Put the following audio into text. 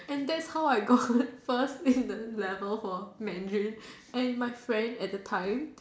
and that's how I got first in the level for Mandarin and my friend at the time